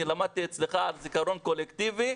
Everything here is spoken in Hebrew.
אני למדתי אצלך זיכרון קולקטיבי,